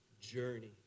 journey